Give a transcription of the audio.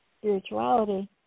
spirituality